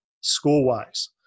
school-wise